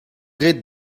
graet